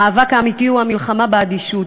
המאבק האמיתי הוא המלחמה באדישות.